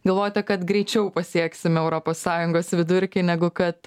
galvojote kad greičiau pasieksime europos sąjungos vidurkį negu kad